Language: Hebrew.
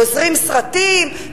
גוזרים סרטים,